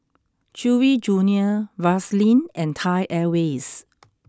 Chewy junior Vaseline and Thai Airways